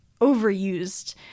overused